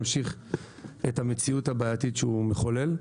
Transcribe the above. נמשיך את המציאות הבעייתית שהוא מחולל.